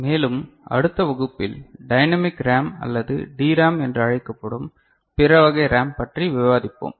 மேலும் அடுத்த வகுப்பில் டைனமிக் ரேம் அல்லது டிராம் என்றும் அழைக்கப்படும் பிற வகை ரேம் பற்றி விவாதிப்போம்